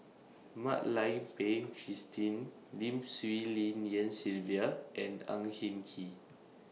Mak Lai Peng Christine Lim Swee Lian Sylvia and Ang Hin Kee